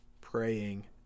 praying